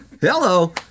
Hello